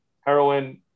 heroin